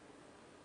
וכולי,